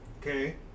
Okay